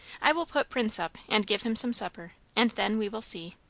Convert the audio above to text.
i will put prince up and give him some supper, and then we will see.